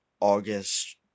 August